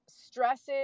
stresses